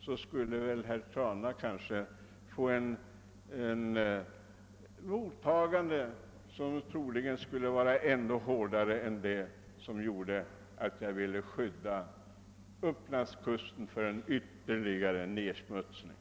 Då kanske herr Trana kommer att få ett annat mottagande än jag troligen kommer att få, eftersom jag har velat skydda Upplandskusten från ytterligare nedsmutsning.